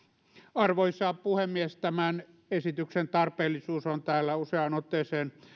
arvoisa puhemies tämän esityksen tarpeellisuus on täällä useaan otteeseen